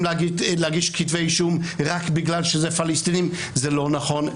להגיש כתבי אישום רק בגלל שזה פלסטינים זה לא נכון,